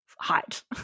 height